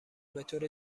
بطور